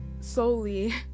solely